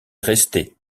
restait